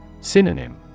Synonym